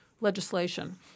legislation